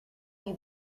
you